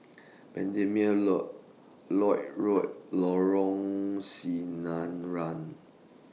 Bendemeer Lloyd Road Lorong Sinaran